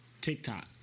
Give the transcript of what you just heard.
TikTok